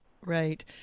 Right